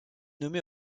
nommé